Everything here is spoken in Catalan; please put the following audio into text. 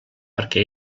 perquè